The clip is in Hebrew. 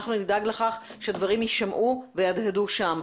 אנחנו נדאג לכך שהדברים יישמעו ויהדהדו שם.